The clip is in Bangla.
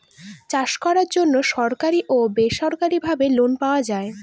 চাষ করার জন্য সরকারি ও বেসরকারি ভাবে লোন পাওয়া যায়